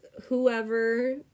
whoever